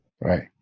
Right